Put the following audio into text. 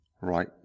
Right